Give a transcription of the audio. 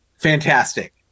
Fantastic